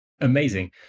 amazing